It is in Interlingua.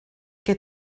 que